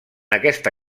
aquesta